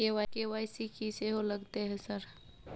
KYC की सेहो लगतै है सर?